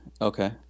Okay